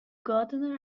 gardener